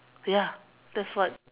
ya that's what